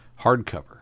hardcover